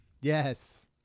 Yes